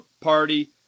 party